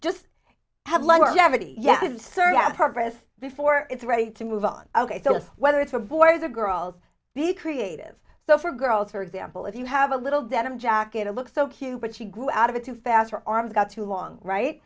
that purpose before it's ready to move on ok tell us whether it's for boys or girls be creative so for girls for example if you have a little denim jacket it looks so cute but she grew out of it too fast her arms got too long right